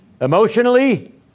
emotionally